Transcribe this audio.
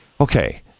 Okay